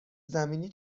زمینی